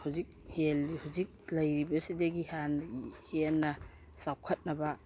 ꯍꯧꯖꯤꯛ ꯍꯧꯖꯤꯛ ꯂꯩꯔꯤꯕꯁꯤꯗꯒꯤ ꯍꯦꯟꯅ ꯆꯥꯎꯈꯠꯅꯕ